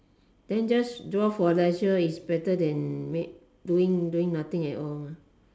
then just draw for leisure is better than than doing nothing at all